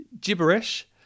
gibberish